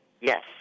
Yes